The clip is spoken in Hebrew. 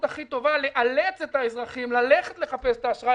הכי טובה לאלץ את האזרחים ללכת לחפש את האשראי